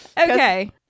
okay